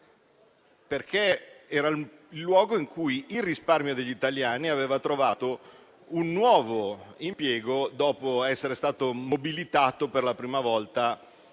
perché era il luogo in cui il risparmio degli italiani aveva trovato un nuovo impiego, dopo essere stato mobilitato per la prima volta